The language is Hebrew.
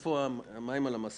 אני מסמן את הלמ"ס